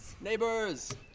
Neighbors